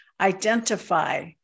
identify